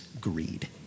greed